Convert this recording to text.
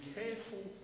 careful